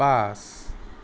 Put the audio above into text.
পাঁচ